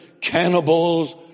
cannibals